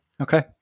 Okay